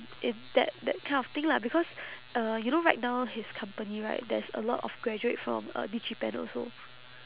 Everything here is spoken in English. in that that kind of thing lah because uh you know right now his company right there's a lot of graduate from uh digipen also